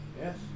Yes